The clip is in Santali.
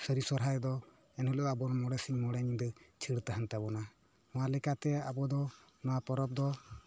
ᱥᱟᱹᱨᱤ ᱥᱚᱨᱦᱟᱭ ᱫᱚ ᱮᱱᱦᱤᱞᱳᱜ ᱟᱵᱚ ᱢᱚᱬᱮ ᱥᱤᱝ ᱢᱚᱬᱮ ᱧᱤᱫᱟᱹ ᱪᱷᱟᱹᱲ ᱛᱟᱦᱮᱱ ᱛᱟᱵᱚᱱᱟ ᱱᱚᱣᱟ ᱞᱮᱠᱟᱛᱮ ᱟᱵᱚ ᱫᱚ ᱱᱚᱣᱟ ᱯᱚᱨᱚᱵᱽ ᱫᱚ